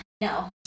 no